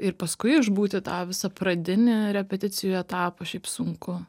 ir paskui išbūti tą visą pradinį repeticijų etapą šiaip sunku